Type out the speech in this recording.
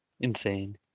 insane